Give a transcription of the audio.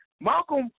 Malcolm